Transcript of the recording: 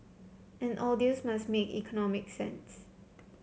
and all deals must make economic sense